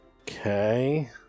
Okay